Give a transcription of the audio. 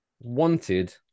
wanted